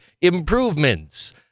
improvements